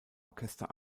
orchester